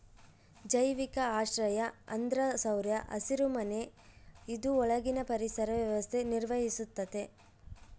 ಜೈವಿಕ ಆಶ್ರಯ ಅಂದ್ರ ಸೌರ ಹಸಿರುಮನೆ ಇದು ಒಳಗಿನ ಪರಿಸರ ವ್ಯವಸ್ಥೆ ನಿರ್ವಹಿಸ್ತತೆ